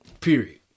Period